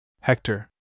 Hector